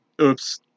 Oops